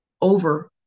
over